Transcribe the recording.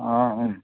ಹಾಂ ಹ್ಞೂ